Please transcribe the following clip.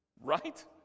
Right